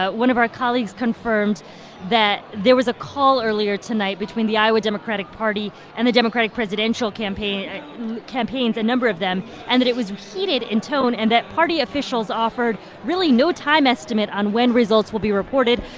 ah one of our colleagues confirmed that there was a call earlier tonight between the iowa democratic party and the democratic presidential campaigns campaigns a number of them and it was heated in tone and that party officials offered really no time estimate on when results will be reported.